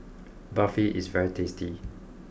Barfi is very tasty